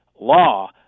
law